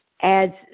adds